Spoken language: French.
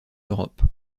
europe